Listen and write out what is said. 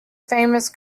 famous